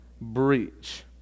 breach